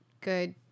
good